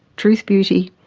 truth beauty.